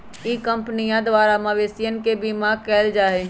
ई कंपनीया द्वारा मवेशियन के बीमा कइल जाहई